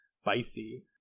Spicy